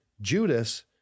Judas